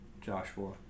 Joshua